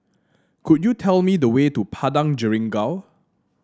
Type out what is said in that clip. could you tell me the way to Padang Jeringau